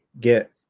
get